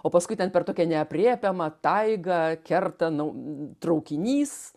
o paskui ten per tokią neaprėpiamą taigą kerta nau traukinys